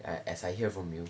as as I hear from you